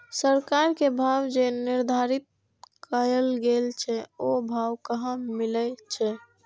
सरकार के भाव जे निर्धारित कायल गेल छै ओ भाव कहाँ मिले छै?